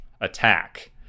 attack